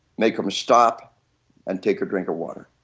make them stop and take a drink of water.